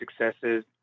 successes